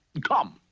come!